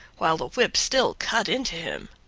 while the whip still cut into him.